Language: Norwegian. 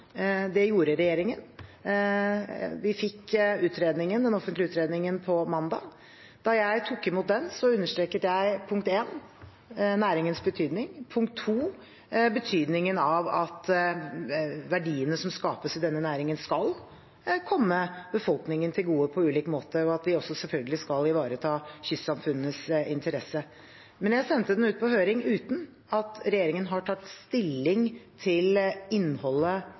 Det gjorde regjeringen. Vi fikk utredningen, den offentlige utredningen, på mandag. Da jeg tok imot den, understreket jeg – punkt én – næringens betydning og – punkt to – betydningen av at verdiene som skapes i denne næringen, skal komme befolkningen til gode på ulike måter, og at vi selvfølgelig også skal ivareta kystsamfunnenes interesser. Men jeg sendte den ut på høring uten at regjeringen hadde tatt stilling til innholdet